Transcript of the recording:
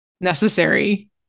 necessary